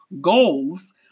goals